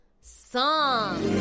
song